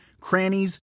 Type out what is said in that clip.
crannies